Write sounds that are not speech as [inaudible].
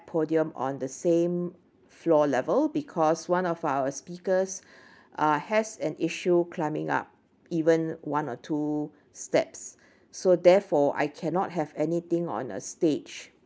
podium on the same floor level because one of our speakers [breath] uh has an issue climbing up even one or two steps so therefore I cannot have anything on a stage